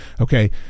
Okay